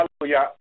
hallelujah